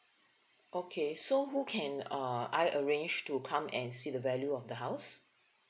okay so who can uh I arrange to come and see the value of the house